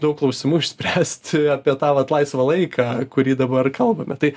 daug klausimų išspręst apie tą vat laisvą laiką kurį dabar kalbame tai